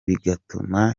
bigatuma